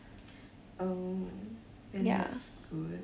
oh then that's good